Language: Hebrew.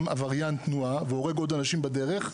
עבריין תנועה והוא הורג עוד אנשים בדרך,